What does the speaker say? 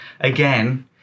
Again